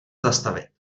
zastavit